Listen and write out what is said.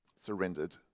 Surrendered